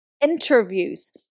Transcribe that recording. interviews